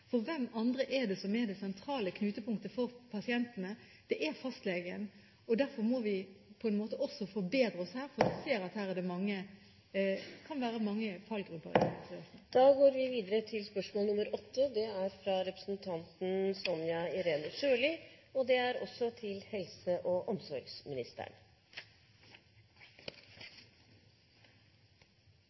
for hvem andre er det som er det sentrale knutepunktet for pasientene? Det er fastlegen. Derfor må vi også forbedre oss her, for vi ser at her kan det være mange fallgruver. «Ifølge Norges Fibromyalgi Forbund er det beregnet at det er mellom 150 000 og 200 000 mennesker som har sykdommen fibromyalgi. Erfaringen er at det er mangelfull kunnskap om sykdommen både hos leger, fysioterapeuter og